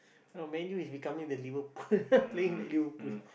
now Man-U is becoming the Liverpool playing like Liverpool